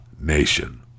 Nation